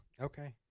Okay